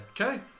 Okay